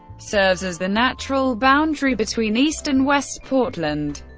serves as the natural boundary between east and west portland.